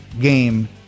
game